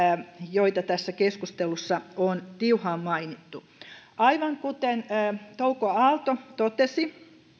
joita tässä keskustelussa on tiuhaan mainittu aivan kuten touko aalto totesi